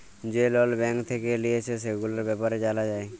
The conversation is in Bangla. যে লল ব্যাঙ্ক থেক্যে লিয়েছে, সেগুলার ব্যাপারে জালা যায়